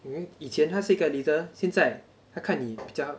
以前它是一个 leader 现在他看你比较